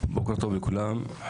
בוקר טוב לכולם,